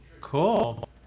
Cool